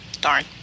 darn